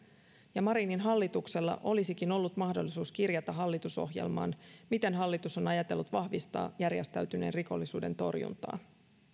ja marinin hallituksella olisikin ollut mahdollisuus kirjata hallitusohjelmaan miten hallitus on ajatellut vahvistaa järjestäytyneen rikollisuuden torjuntaa